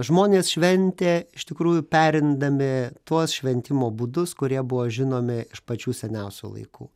žmonės šventė iš tikrųjų perimdami tuos šventimo būdus kurie buvo žinomi iš pačių seniausių laikų